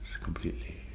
completely